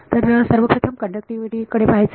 तर सर्वप्रथम कण्डक्टिविटी कडे पहायचे